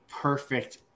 perfect